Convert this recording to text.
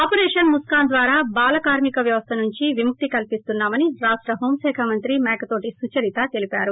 operation Muskaan ద్వారా బాల కార్మిక వ్యవస్థ నుంచి విముక్తి కల్పిస్తున్నా మని రాష్ట హోం శాఖ మంత్రి మేకతోటి సుచరిత తెలిపారు